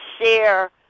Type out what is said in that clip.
share